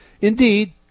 Indeed